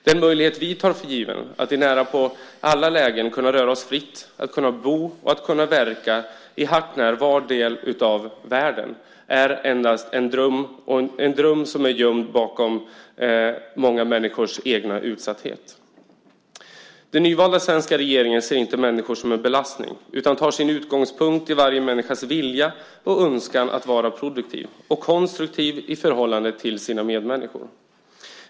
Den möjlighet som vi tar för given, att i närapå alla lägen kunna röra oss fritt, att kunna bo och att kunna verka i hart när var del av världen, är endast en dröm som är gömd bakom många människors egen utsatthet. Den nyvalda svenska regeringen ser inte människor som en belastning utan tar sin utgångspunkt i varje människas vilja och önskan att vara produktiv och konstruktiv i förhållande till sina medmänniskor.